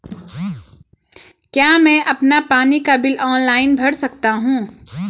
क्या मैं अपना पानी का बिल ऑनलाइन भर सकता हूँ?